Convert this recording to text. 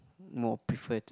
more preferred